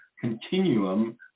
continuum